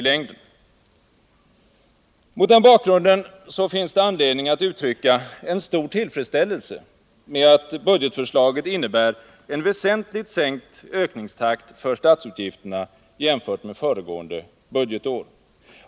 Mot denna bakgrund finns det anledning att uttrycka en stor tillfredsställelse med att budgetförslaget innebär en väsentligt sänkt ökningstakt för statsutgifterna jämfört med föregående budgetår.